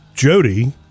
jody